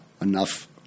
enough